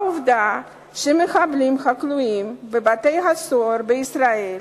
העובדה שמחבלים הכלואים בבתי-הסוהר בישראל